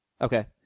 Okay